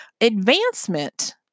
advancement